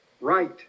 right